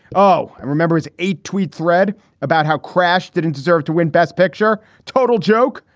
oh, i remember as a tweet thread about how crash didn't deserve to win. best picture. total joke.